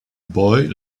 boy